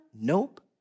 Nope